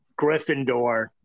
Gryffindor